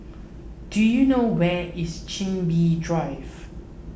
do you know where is Chin Bee Drive